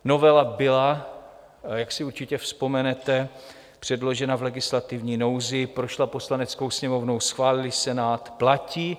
Novela byla, jak si určitě vzpomenete, předložena v legislativní nouzi, prošla Poslaneckou sněmovnou, schválil ji Senát, platí.